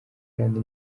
kandi